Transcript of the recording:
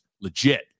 legit